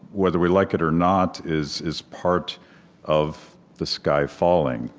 whether we like it or not, is is part of the sky falling.